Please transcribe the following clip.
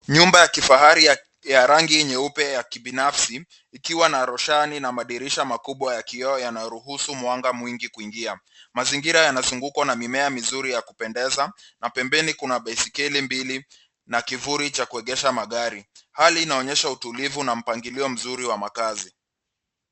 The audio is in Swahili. Nyumba ya kifahari ya, ya rangi nyeupe ya kibinafsi, ikiwa na roshani na madirisha makubwa ya kioo yanayoruhusu mwanga mwingi kuingia. Mazingira yanazungukwa na mimea mizuri ya kupendeza na pembeni kuna baiskeli mbili na kivuli cha kuegesha magari. Hali inaonyesha utulivu na mpangilio mzuri wa makazi.